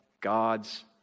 God's